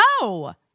No